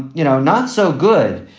you know, not so good.